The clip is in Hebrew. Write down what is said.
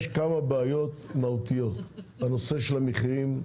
יש כמה בעיות מהותיות בנושא של המחירים,